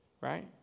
right